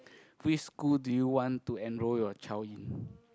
which school do you want to enroll your child in